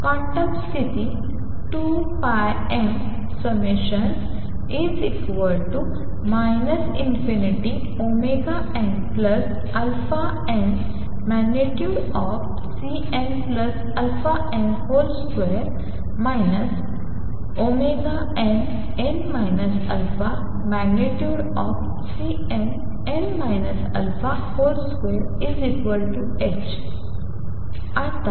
quantum स्थिती 2πmα ∞nαn।Cnαn ।2 nn α।Cnn α ।2h